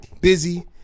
Busy